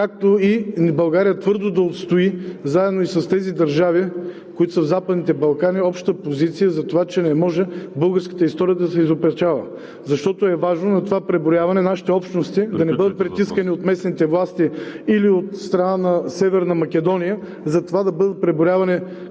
както и България твърдо да отстои, заедно с тези държави, които са в Западните Балкани, обща позиция за това, че не може българската история да се изопачава. Защото е важно на това преброяване нашите общности да не бъдат притискани от местните власти или от страна на Северна Македония да бъдат преброявани